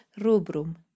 rubrum